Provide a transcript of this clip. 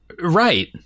Right